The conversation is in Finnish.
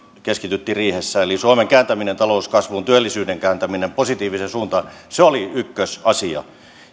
keskityttiin riihessä eli suomen kääntäminen talouskasvuun työllisyyden kääntäminen positiiviseen suuntaan se oli ykkösasia